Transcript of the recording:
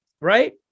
right